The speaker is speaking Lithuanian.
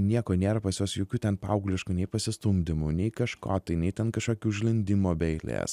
nieko nėra pas juos jokių ten paaugliškų nei pasistumdymų nei kažko tai nei ten kažkokių užlindimo be eilės